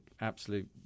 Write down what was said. absolute